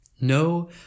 No